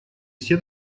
все